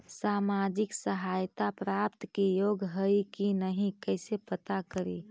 सामाजिक सहायता प्राप्त के योग्य हई कि नहीं कैसे पता करी?